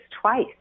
twice